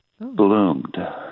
bloomed